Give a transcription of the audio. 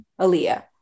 Aaliyah